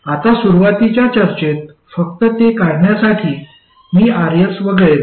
आता सुरुवातीच्या चर्चेत फक्त ते काढण्यासाठी मी RS वगळेल